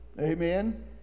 amen